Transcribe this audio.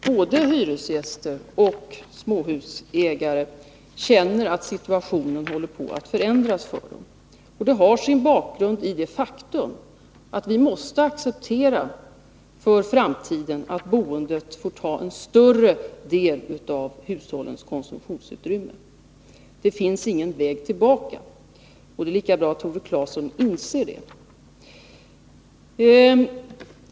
Både hyresgäster och småhusägare känner att situationen håller på att förändras för dem. Detta har sin bakgrund i det faktum att vi måste acceptera att boendet för framtiden får ta i anspråk en större del av hushållens konsumtionsutrymme. Det finns ingen väg tillbaka — det är lika bra att Tore Claeson inser det.